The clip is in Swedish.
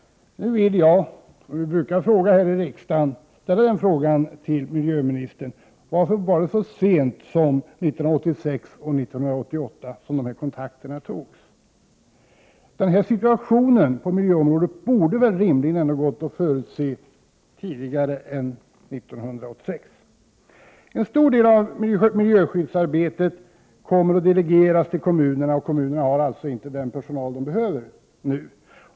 Jag vill nu ställa den fråga till miljöministern som jag tidigare har tagit upp här i riksdagen. Varför tog man dessa konsekvenser så sent som 1986 och 1988? Denna situation på miljöområdet borde väl rimligen ha kunnat förutses tidigare än 1986. En stor del av miljöskyddsarbetet kommer att delegeras till kommunerna. Kommunerna har således inte den personal som behövs.